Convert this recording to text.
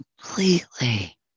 completely